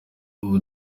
bwa